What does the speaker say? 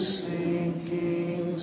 sinking